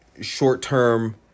short-term